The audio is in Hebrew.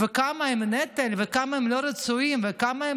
כמה הם נטל וכמה הם לא רצויים, כמה הם